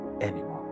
anymore